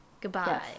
Goodbye